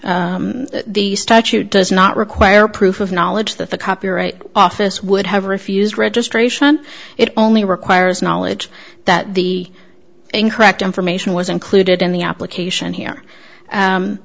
statute does not require proof of knowledge that the copyright office would have refused registration it only requires knowledge that the incorrect information was included in the application here